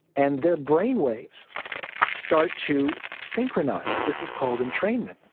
and their brain waves start to synchronise. this is called entrainment.